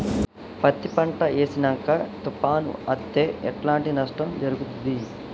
పంట వేసినంక తుఫాను అత్తే ఎట్లాంటి నష్టం జరుగుద్ది?